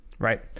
right